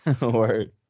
Word